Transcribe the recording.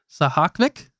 Sahakvik